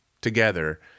together